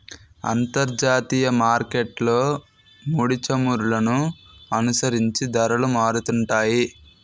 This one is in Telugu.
అంతర్జాతీయ మార్కెట్లో ముడిచమురులను అనుసరించి ధరలు మారుతుంటాయి